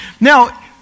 Now